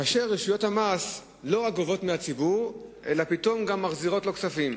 כאשר רשויות המס לא רק גובות מהציבור אלא פתאום גם מחזירות לו כספים.